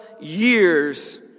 years